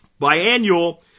Biannual